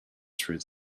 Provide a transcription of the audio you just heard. through